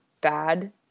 bad